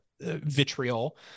vitriol